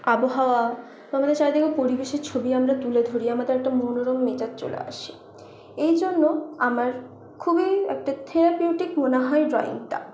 আবহাওয়া বা আমাদের চারিপাশের পরিবেশের ছবি আমরা তুলে ধরি আমাদের একটা মনোরম মেজাজ চলে আসে এই জন্য আমার খুবই একটা থেরাপিউটিক মনে হয় ড্রয়িংটা